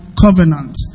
covenant